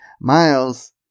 Miles